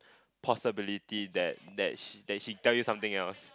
possibility that that that she tell you something else